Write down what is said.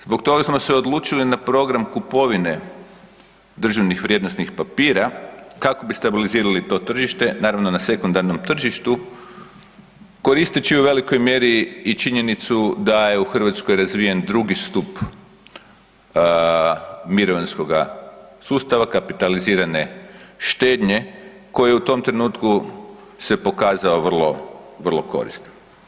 Zbog toga smo se odlučili na program kupovine državnih vrijednosnih papira kako bi stabilizirali to tržište naravno na sekundarnom tržištu koristeći u velikoj mjeri i činjenicu da je u Hrvatskoj razvijen drugi stup mirovinskoga sustava, kapitalizirane štednje koji se u tom trenutku pokazao vrlo korisnim.